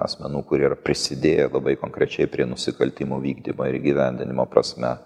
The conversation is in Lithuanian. asmenų kurie ir prisidėjo labai konkrečiai prie nusikaltimo vykdymo ir įgyvendinimo prasme